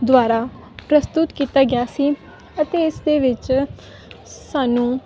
ਦੁਆਰਾ ਪ੍ਰਸਤੁਤ ਕੀਤਾ ਗਿਆ ਸੀ ਅਤੇ ਇਸ ਦੇ ਵਿੱਚ ਸਾਨੂੰ